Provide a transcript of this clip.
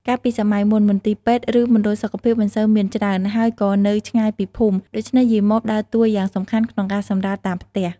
កាលពីសម័័យមុន មន្ទីរពេទ្យ ឬមណ្ឌលសុខភាពមិនសូវមានច្រើន ហើយក៏នៅឆ្ងាយពីភូមិ ដូច្នេះយាយម៉បដើរតួយ៉ាងសំខាន់ក្នុងការសម្រាលតាមផ្ទះ។